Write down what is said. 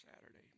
Saturday